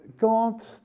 God